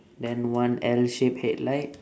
then one L shape headlight